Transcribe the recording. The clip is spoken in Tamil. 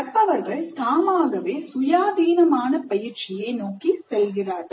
கற்பவர்கள் தாமாகவே சுயாதீனமான பயிற்சியை நோக்கி செல்கிறார்கள்